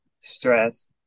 stress